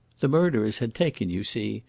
the murderers had taken, you see,